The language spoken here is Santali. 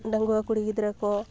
ᱰᱟᱺᱜᱩᱣᱟᱹ ᱠᱩᱲᱤ ᱜᱤᱫᱽᱨᱟᱹᱠᱚ